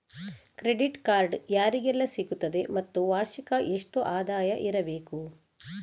Credit card ಯಾರಿಗೆಲ್ಲ ಸಿಗುತ್ತದೆ ಮತ್ತು ವಾರ್ಷಿಕ ಎಷ್ಟು ಆದಾಯ ಇರಬೇಕು?